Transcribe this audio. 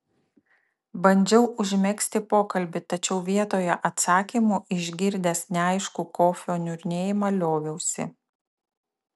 bandžiau užmegzti pokalbį tačiau vietoje atsakymų išgirdęs neaiškų kofio niurnėjimą lioviausi